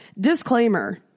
Disclaimer